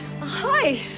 Hi